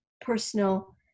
personal